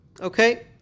Okay